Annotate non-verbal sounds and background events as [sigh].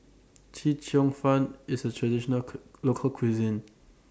Chee Cheong Fun IS A Traditional [noise] Local Cuisine